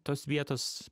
tos vietos